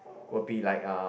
will be like uh